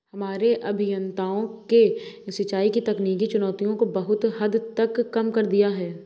हमारे अभियंताओं ने सिंचाई की तकनीकी चुनौतियों को बहुत हद तक कम कर दिया है